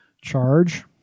charge